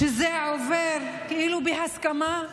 שזה כאילו עובר בהסכמה,